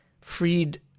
freed